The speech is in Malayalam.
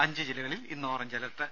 അഞ്ച് ജില്ലകളിൽ ഇന്ന് ഓറഞ്ച് അലർട്ട്